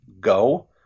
go